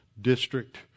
District